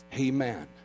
Amen